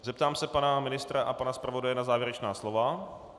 Zeptám se pana ministra a pana zpravodaje na závěrečná slova.